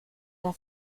der